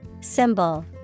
Symbol